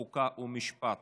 חוק ומשפט